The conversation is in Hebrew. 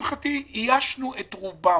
לשמחתי איישנו את רובם.